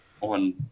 on